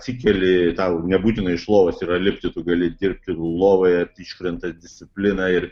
atsikeli tau nebūtina iš lovos yra lipti tu gali dirbti lovoje iškrenta disciplina ir